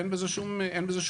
אין בזה שום בעיה.